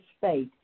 faith